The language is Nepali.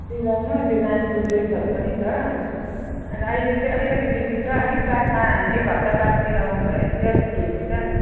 सिलाउनु त्यो नानीको ड्रेसहरू पनि छ अनि अहिले चाहिँ अलिकति बिजी छ अलिक बादमा एक हप्ता बादतिर आउनु भयो भने चाहिँ अलिक फ्री हुन्छ